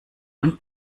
und